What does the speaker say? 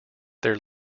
their